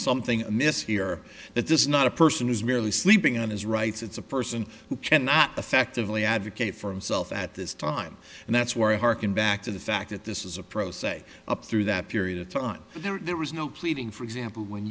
something amiss here that this is not a person who's merely sleeping on his rights it's a person who cannot effectively advocate for himself at this time and that's why i harken back to the fact that this is a pro se up through that period of time there was no pleading for example when